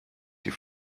die